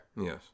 Yes